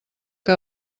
que